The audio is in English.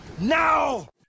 now